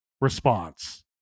response